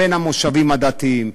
בין המושבים הדתיים,